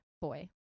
boy